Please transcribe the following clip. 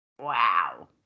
Wow